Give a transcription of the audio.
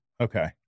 Okay